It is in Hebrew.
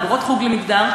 בוגרות החוג למגדר,